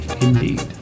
indeed